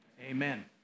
Amen